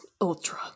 ultra